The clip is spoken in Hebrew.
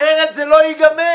אחרת זה לא ייגמר.